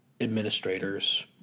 Administrators